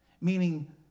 Meaning